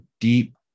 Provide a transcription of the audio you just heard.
deep